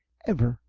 ever!